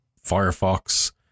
Firefox